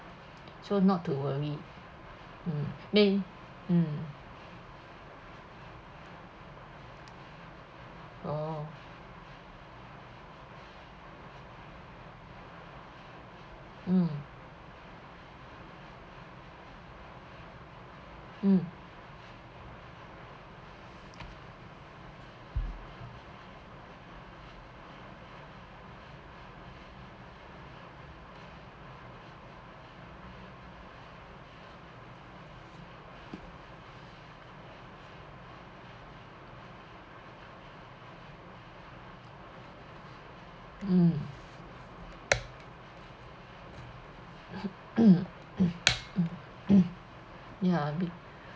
so not to worry mm I mean mm oh mm mm mm ya be